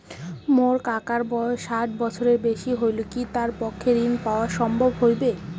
মোর কাকার বয়স ষাট বছরের বেশি হলই কি তার পক্ষে ঋণ পাওয়াং সম্ভব হবি?